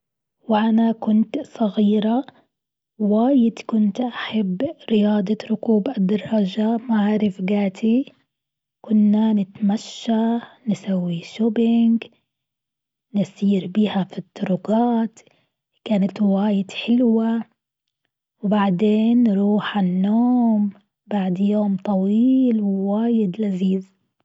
وأنا كنت صغيرة واجد كنت أحب رياضة ركوب الدراجة مع رفقاتي، كنا نتمشى نسوي shopping نسير بيها في الطرقات كانت واجد حلوة و بعدين نروح على النوم بعد يوم طويل وواجد لذيذ.